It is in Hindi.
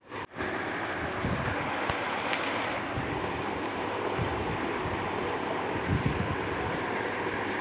बैंक से लिए हुए ऋण को चुकाने के क्या क्या तरीके हैं?